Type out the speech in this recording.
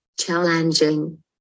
challenging